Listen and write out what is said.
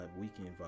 weekend